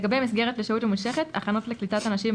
לגבי מסגרת לשהות ממושכת הכנות לקליטת אנשים עם